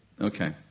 Okay